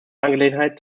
angelegenheit